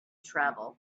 travel